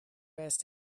asked